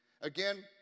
Again